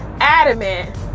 adamant